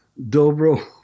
dobro